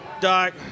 Doc